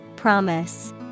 Promise